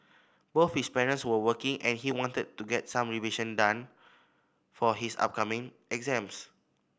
both his parents were working and he wanted to get some revision done for his upcoming exams